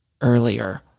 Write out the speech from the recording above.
earlier